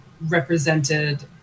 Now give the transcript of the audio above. represented